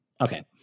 Okay